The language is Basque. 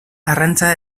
arrantza